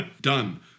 Done